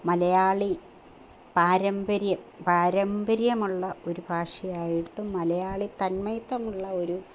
മലയാളി പാരമ്പര്യം പാരമ്പര്യമുള്ള ഒരു ഭാഷയായിട്ട് മലയാളി തന്മയത്വമുള്ള ഒരു